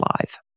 live